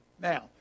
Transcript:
Now